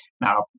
Now